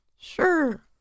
Sure